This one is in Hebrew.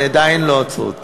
עדיין לא עצרו אותי.